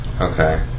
Okay